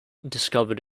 discovered